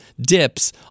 dips